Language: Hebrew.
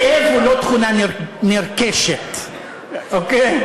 כאב הוא לא תכונה נרכשת, אוקיי?